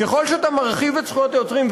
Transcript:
ככל שאתה מרחיב את זכויות היוצרים,